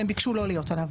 אבל הם ביקשו לא להיות עליו.